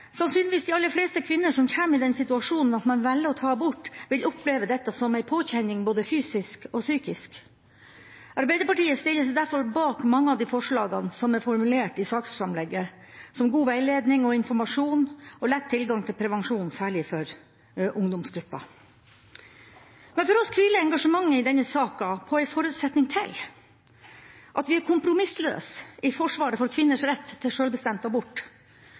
sannsynligvis de aller fleste – kvinner som kommer i den situasjonen at man velger å ta abort, vil oppleve dette som en påkjenning både fysisk og psykisk. Arbeiderpartiet stiller seg derfor bak mange av de forslagene som er formulert i saksframlegget, som god veiledning og informasjon og lett tilgang til prevensjon, særlig for ungdomsgruppen. For oss hviler engasjementet i denne saken på en forutsetning til – at vi er kompromissløse i forsvaret for kvinners rett til selvbestemt abort.